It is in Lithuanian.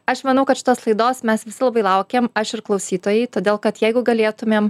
aš manau kad šitos laidos mes visi labai laukėm aš ir klausytojai todėl kad jeigu galėtumėm